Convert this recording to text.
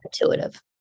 intuitive